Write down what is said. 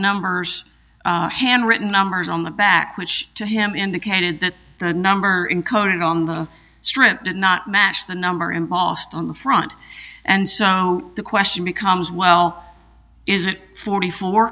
numbers handwritten numbers on the back which to him indicated that the number in coded on the strip did not match the number embossed on the front and so the question becomes well is it forty four